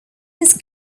his